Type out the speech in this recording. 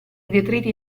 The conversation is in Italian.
detriti